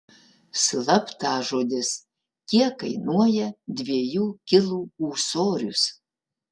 slaptažodis kiek kainuoja dviejų kilų ūsorius